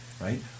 right